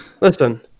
listen